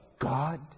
God